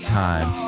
time